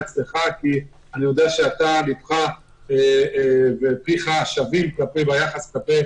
יעקב אשר כי אני יודע שליבך ופיך שווים ביחס כלפי